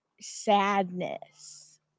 sadness